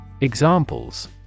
Examples